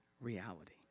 reality